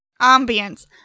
Ambience